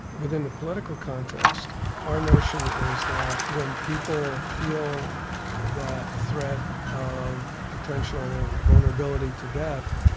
within the political context our notion is that when people feel that threat of potential vulnerability to death,